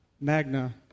magna